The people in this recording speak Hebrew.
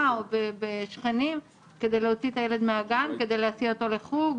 או בשכנים כדי להוציא את הילד מן הגן או כדי להסיע אותו לחוג,